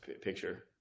picture